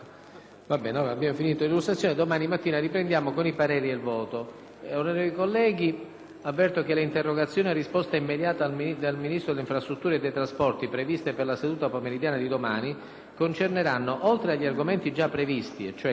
avverto che le interrogazioni a risposta immediata al Ministro delle infrastrutture e dei trasporti, previste per la seduta pomeridiana di domani, concerneranno oltre agli argomenti già previsti, e cioè: condizioni di rischio sull'autostrada Salerno-Reggio Calabria; privatizzazione della società Tirrenia e collegamenti con le isole minori,